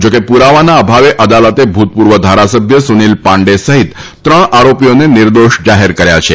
જા કે પુરાવાના અભાવે અદાલતે ભૂતપૂર્વ ધારાસભ્ય સુનીલ પાંડે સહિત ત્રણ આરોપીઓને નિર્દોષ જાહેર કર્યા છે